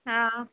હા